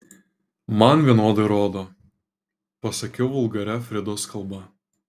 man vienodai rodo pasakiau vulgaria fridos kalba